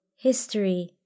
history